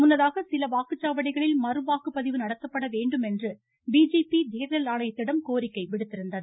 முன்னதாக சில வாக்குச்சாவடிகளில் மறுவாக்குப்பதிவு நடத்தப்பட வேண்டும் என்று பிஜேபி தேர்தல் ஆணையத்திடம் கோரிக்கை விடுத்திருந்தது